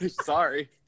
Sorry